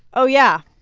oh, yeah,